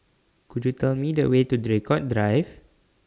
Could YOU Tell Me The Way to Draycott Drive